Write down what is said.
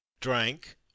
drank